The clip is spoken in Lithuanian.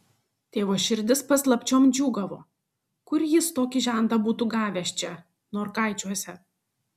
tėvo širdis paslapčiom džiūgavo kur jis tokį žentą būtų gavęs čia norkaičiuose